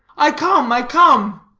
i come, i come,